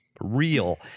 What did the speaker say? real